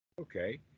Okay